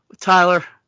tyler